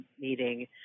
meeting